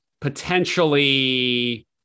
potentially